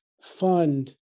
fund